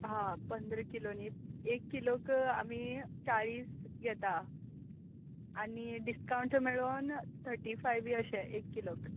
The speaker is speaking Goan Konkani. हा पंदरा किलो न्ही एक किलोक आमी चाळीस घेता आनी डिस्कावंट मेळोन थटी फाय बी अशें एक किलोक